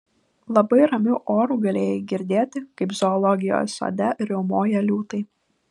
labai ramiu oru galėjai girdėti kaip zoologijos sode riaumoja liūtai